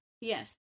Yes